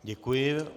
Děkuji.